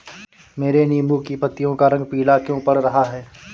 मेरे नींबू की पत्तियों का रंग पीला क्यो पड़ रहा है?